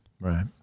Right